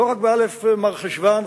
לא רק בא' מרחשוון,